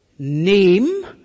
name